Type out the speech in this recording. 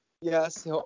Yes